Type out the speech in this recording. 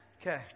Okay